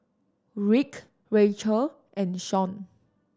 Rick Racheal and Sean